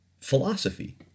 philosophy